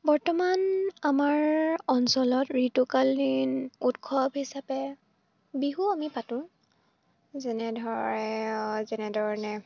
বৰ্তমান আমাৰ অঞ্চলত ঋতুকালীন উৎসৱ হিচাপে বিহু আমি পাতোঁ যেনেধৰে যেনেধৰণে